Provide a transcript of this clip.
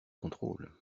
contrôles